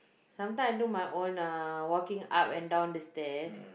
sometime I do my own uh walking up and down the stairs